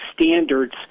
standards